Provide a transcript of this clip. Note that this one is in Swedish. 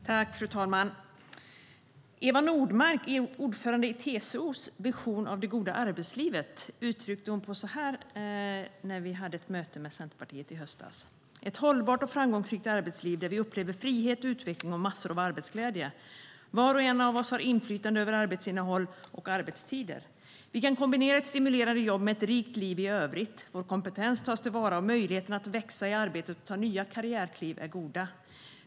Fru talman! Eva Nordmark, ordförande i TCO, uttryckte sin vision av det goda arbetslivet vid ett möte som Centerpartiet höll i höstas så här: Ett hållbart och framgångsrikt arbetsliv där vi upplever frihet, utveckling och massor av arbetsglädje. Var och en av oss har inflytande över arbetsinnehåll och arbetstider. Vi kan kombinera ett stimulerande jobb med ett rikt liv i övrigt. Vår kompetens tas till vara, och möjligheterna att växa i arbetet och ta nya karriärkliv är goda.